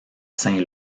saint